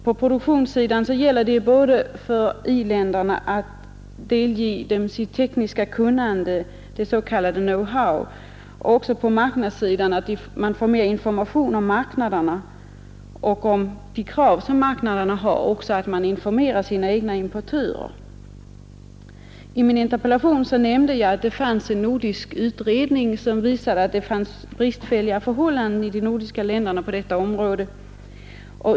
På produktionssidan gäller det för i-länderna att delge dem sitt tekniska kunnande, s.k. know-how, och på marknadssidan att ge dem information om marknaderna och de krav marknaderna ställer samt att informera i-ländernas egna importörer. I min interpellation nämnde jag att en nordisk utredning visat bristfälliga förhållanden på detta område i de 193 nordiska länderna.